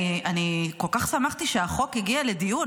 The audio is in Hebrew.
כל כך שמחתי שהחוק הגיע לדיון,